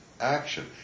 action